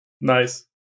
Nice